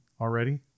already